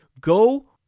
Go